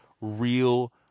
real